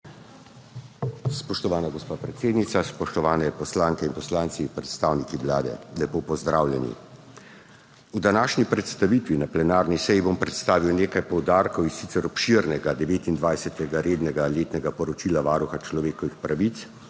Spoštovana gospa predsednica, spoštovane poslanke in poslanci, predstavniki Vlade, lepo pozdravljeni! V današnji predstavitvi na plenarni seji bom predstavil nekaj poudarkov iz sicer obširnega Devetindvajsetega rednega letnega poročila Varuha človekovih pravic